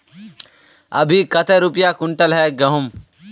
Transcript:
अभी कते रुपया कुंटल है गहुम?